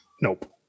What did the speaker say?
Nope